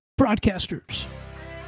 broadcasters